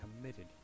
committed